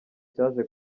cyaje